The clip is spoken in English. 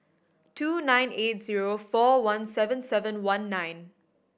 two nine eight zero four one seven seven one nine